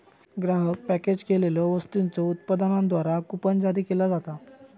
ग्राहक पॅकेज केलेल्यो वस्तूंच्यो उत्पादकांद्वारा कूपन जारी केला जाता